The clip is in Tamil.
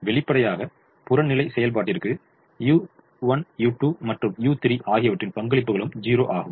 வெளிப்படையாக புறநிலை செயல்பாட்டிற்கு u1 u2 மற்றும் u3 ஆகியவற்றின் பங்களிப்புகளும் 0 ஆகும்